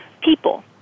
people